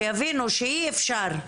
שיבינו שאי אפשר.